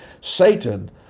Satan